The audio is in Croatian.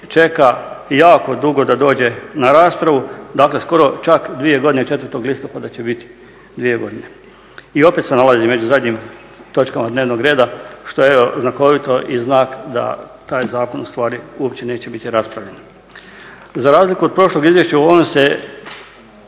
čeka jako dugo da dođe na raspravu dakle skoro čak 2 godine, 4. listopada će biti dvije godine. I opet se nalazi među zadnjim točkama dnevnog reda što je evo znakovito i znak da taj zakon ustvari uopće neće biti raspravljen. Za razliku od prošlog izvješće u ovom se